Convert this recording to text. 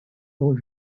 only